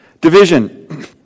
Division